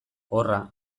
horra